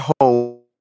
home